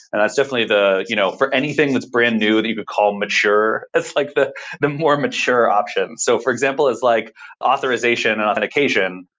and that's definitely you know for anything that's brand new that you could call mature, it's like the the more mature option. so for example, it's like authorization and authentication.